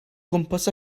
gwmpas